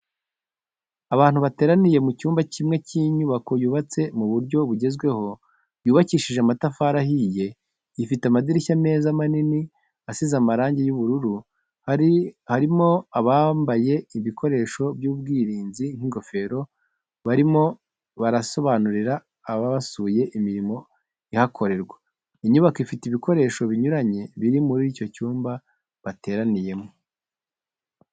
Abantu bateraniye mu cyumba kimwe cy'inyubako yubatse mu buryo bugezweho yubakishije amatafari ahiye, ifite amadirishya meza manini asize amarangi y'ubururu, harimo abambaye ibikoresho by'ubwirinzi nk'ingofero barimo barasobanurira ababasuye imirimo ihakorerwa. Inyubako ifite ibikoresho binyuranye biri muri icyo cyumba bateraniyemo.